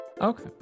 Okay